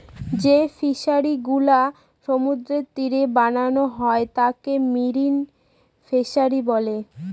যে ফিশারিগুলা সমুদ্রের তীরে বানানো হয় তাকে মেরিন ফিশারী বলে